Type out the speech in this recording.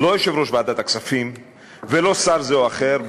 לא יושב-ראש ועדת הכספים ולא שר זה או אחר,